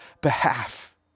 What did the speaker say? behalf